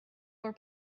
were